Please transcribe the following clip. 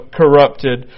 corrupted